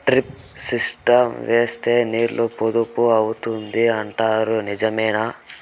Drip system వేస్తే నీళ్లు పొదుపు అవుతాయి అంటారు నిజమేనా?